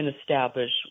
established